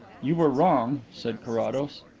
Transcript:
you were wrong, said carrados.